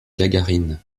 gagarine